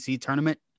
tournament